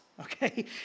okay